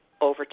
over